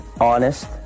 honest